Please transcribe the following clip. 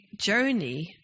journey